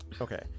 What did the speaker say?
Okay